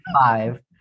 five